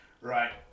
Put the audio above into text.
right